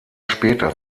später